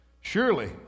Surely